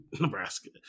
Nebraska